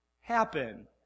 happen